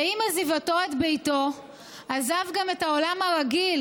ועם עזיבתו את ביתו עזב גם את העולם הרגיל